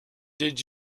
did